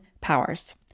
Powers